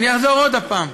אני אחזור עוד הפעם.